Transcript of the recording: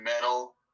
metal